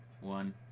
One